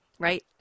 Right